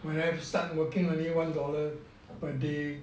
when I start working only one dollar per day